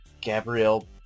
Gabriel